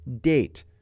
date